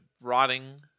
rotting